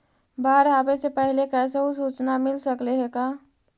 बाढ़ आवे से पहले कैसहु सुचना मिल सकले हे का?